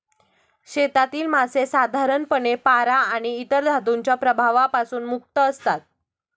शेतातील मासे साधारणपणे पारा आणि इतर धातूंच्या प्रभावापासून मुक्त असतात